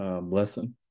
blessing